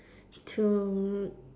to